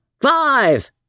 five